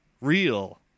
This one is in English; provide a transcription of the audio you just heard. real